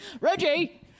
Reggie